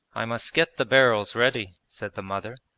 i must get the barrels ready said the mother,